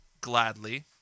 gladly